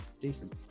decent